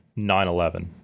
9-11